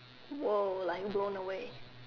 !wow! I'm blown away